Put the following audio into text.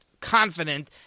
confident